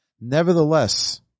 Nevertheless